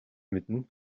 мэднэ